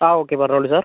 ആ ഓക്കെ പറഞ്ഞോളൂ സാർ